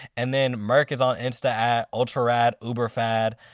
and then merk is on insta at ultraraduberfad.